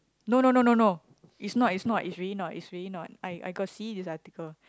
no no no no no is not is not is really not is really not I got see this article